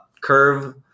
curve